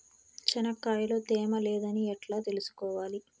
చెనక్కాయ లో తేమ లేదని ఎట్లా తెలుసుకోవాలి?